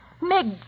Meg